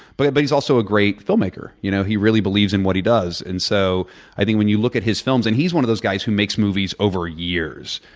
but but he's also a great film maker. you know he really believes in what he does. and so i think when you look at his films, and he's one of those guys who make movies over years.